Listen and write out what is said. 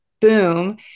boom